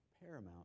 paramount